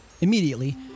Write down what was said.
Immediately